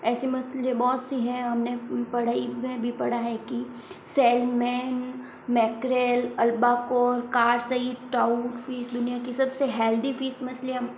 ऐसी मछलियाँ बहुत सी हैं हमने पढ़ाई में भी पढ़ा है कि सैल्मन मैकरेल अल्बाकोर कॉड सहित ट्राउट फिश दुनिया की सबसे हेल्दी फिश मछलियाँ